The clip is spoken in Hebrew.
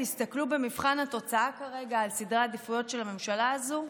תסתכלו במבחן התוצאה כרגע על סדרי העדיפויות של הממשלה הזו,